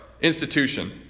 institution